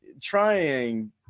trying